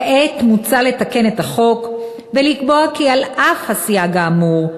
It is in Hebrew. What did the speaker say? כעת מוצע לתקן את החוק ולקבוע כי על אף הסייג האמור,